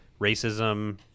racism